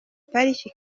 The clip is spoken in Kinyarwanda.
pariki